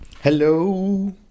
hello